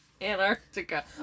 Antarctica